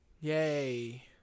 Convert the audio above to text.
Yay